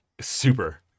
Super